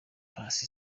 paccy